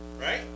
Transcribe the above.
right